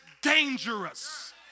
dangerous